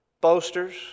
boasters